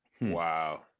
Wow